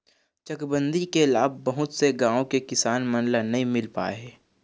चकबंदी के लाभ बहुत से गाँव के किसान मन ल नइ मिल पाए हे